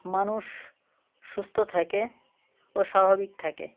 মানুষ সুস্থ থাকে ও স্বাভাবিক থাকে